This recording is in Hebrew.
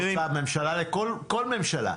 כל ממשלה,